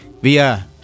via